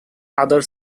other